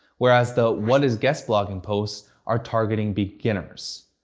whereas the what is guest blogging posts are targeting beginners.